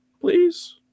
please